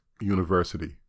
University